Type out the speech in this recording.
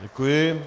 Děkuji.